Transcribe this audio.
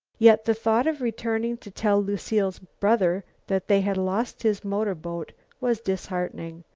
yet the thought of returning to tell lucile's brother that they had lost his motorboat was disheartening.